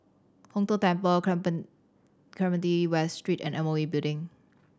Hong Tho Temple Clementi West Street and M O E Building